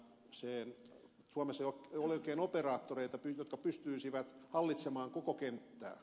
suomessa ei ole oikein operaattoreita jotka pystyisivät hallitsemaan koko kenttää